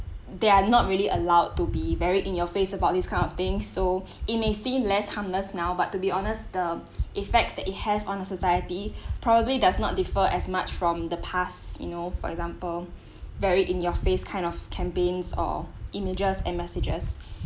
they are not really allowed to be very in-your-face about this kind of things so it may seem less harmless now but to be honest the effects that it has on the society probably does not differ as much from the past you know for example very in-your-face kind of campaigns or images and messages